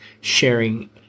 sharing